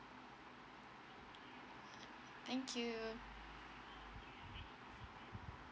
thank you